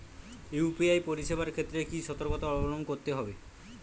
UPI পরিসেবার ক্ষেত্রে কি সতর্কতা অবলম্বন করতে হবে?